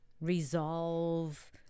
resolve